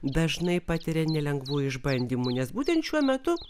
dažnai patiria nelengvų išbandymų nes būtent šiuo metu